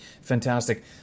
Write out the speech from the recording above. fantastic